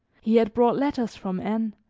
he had brought letters from n,